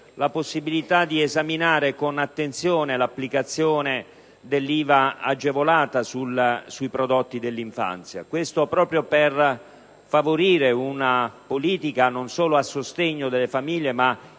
la possibilità di esaminare con attenzione l'applicazione dell'IVA agevolata sui prodotti dell'infanzia, proprio per favorire non solo una politica a sostegno delle famiglie ma,